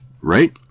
Right